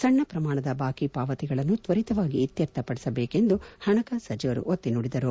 ಸಣ್ಣ ಪ್ರಮಾಣದ ಬಾಕಿ ಪಾವತಿಗಳನ್ನು ತ್ಲರಿತವಾಗಿ ಇತ್ನರ್ಥ ಪದಿಸಬೇಕೆಂದು ಹಣಕಾಸು ಸಚಿವರು ಒತ್ತಿ ನುಡಿದರು